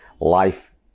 life